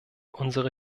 unsere